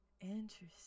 interesting